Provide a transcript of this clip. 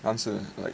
但是 like